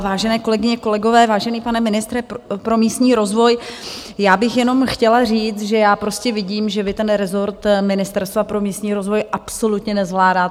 Vážené kolegyně, kolegové, vážený pane ministře pro místní rozvoj, já bych jenom chtěla říct, že já prostě vidím, že vy resort Ministerstva pro místní rozvoj absolutně nezvládáte.